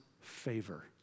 favor